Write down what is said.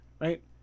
right